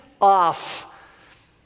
off